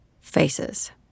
faces